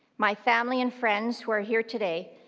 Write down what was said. my family and friends who are here today,